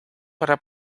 para